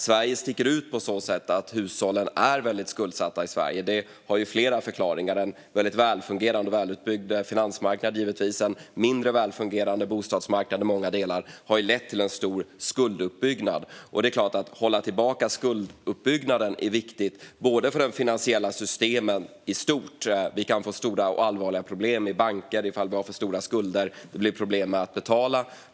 Sverige sticker ut på så sätt att våra hushåll är väldigt skuldsatta. Det har flera förklaringar. En välfungerande och välutbyggd finansmarknad och, givetvis, en i många delar mindre välfungerande bostadsmarknad har lett till en stor skulduppbyggnad. Det är klart att det är viktigt för de finansiella systemen i stort att hålla tillbaka skulduppbyggnaden. Det kan bli stora och allvarliga problem i bankerna ifall vi har för stora skulder och det blir problem med att betala.